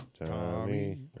Tommy